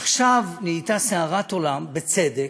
עכשיו, נהייתה סערת עולם, בצדק,